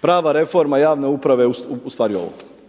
Prava reforma javne uprave je u stvari ovo.